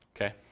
Okay